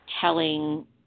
telling